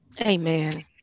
Amen